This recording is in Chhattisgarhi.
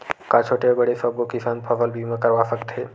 का छोटे बड़े सबो किसान फसल बीमा करवा सकथे?